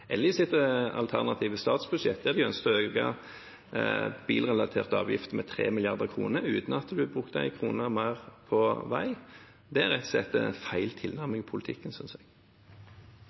eller i sitt alternative statsbudsjett, der de ønsket å øke bilrelaterte avgifter med 3 mrd. kr, uten at de brukte én krone mer på vei. Det er rett og slett feil tilnærming i politikken, synes jeg.